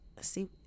see